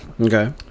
Okay